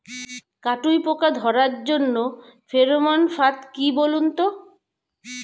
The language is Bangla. কাটুই পোকা ধরার জন্য ফেরোমন ফাদ কি বলুন তো?